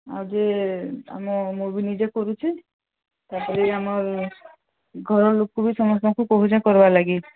ଆଉ ଯେ ଆମ ମୁଁ ବି ନିଜେ କରୁଛି ତାପରେ ଆମ ଘର ଲୋକ ବି ସମସ୍ତଙ୍କୁ କହୁଛନ୍ତି କରିବା ଲାଗି